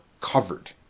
covered